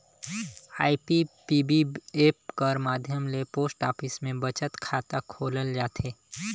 IPPB app कर माध्यम ले पोस्ट ऑफिस में बचत खाता खोलल जाथे